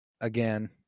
again